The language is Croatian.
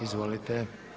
Izvolite.